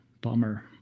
bummer